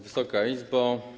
Wysoka Izbo!